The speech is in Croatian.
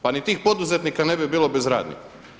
Pa ni tih poduzetnika ne bi bilo bez radnika.